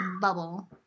bubble